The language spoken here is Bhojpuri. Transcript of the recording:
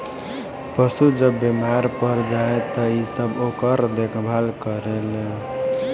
पशु जब बेमार पड़ जाए त इ सब ओकर देखभाल करेल